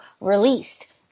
released